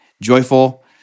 joyful